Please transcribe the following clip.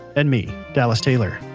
and me, dallas taylor.